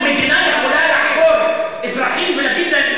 מדינה יכולה לעקור אזרחים ולהגיד להם,